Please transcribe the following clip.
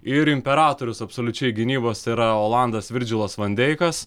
ir imperatorius absoliučiai gynybos yra olandas virdžilas vandeikas